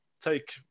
take